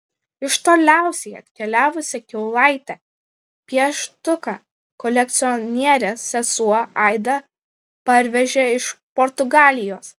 iš toliausiai atkeliavusią kiaulaitę pieštuką kolekcionierės sesuo aida parvežė iš portugalijos